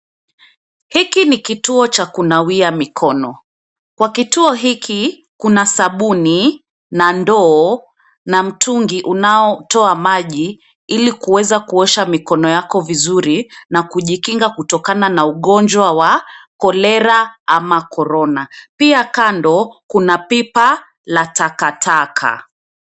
Hiki ni kituo cha kunawia mikono. Kwa kituo hiki, kuna sabuni na ndoo na mtungi unaotoa maji, ili kuweza kuosha mikono yako vizuri na kujikinga kutokana na ugonjwa wa Cholera ama Corona. Pia kando, kuna pipa la takataka.